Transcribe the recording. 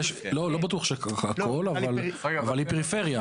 לא בטוח שהכל, אבל היא פריפריה.